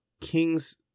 King's